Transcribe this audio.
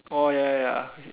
oh ya ya ya